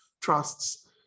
trusts